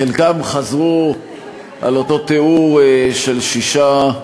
חלקם חזרו על אותו תיאור של שישה,